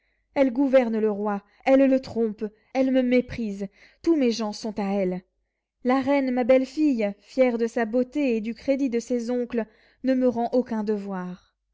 elle gouverne le roi elle le trompe elle me méprise tous mes gens sont à elle la reine ma belle-fille fière de sa beauté et du crédit de ses oncles ne me rend aucun devoir